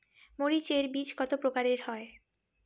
মরিচ এর বীজ কতো প্রকারের হয়?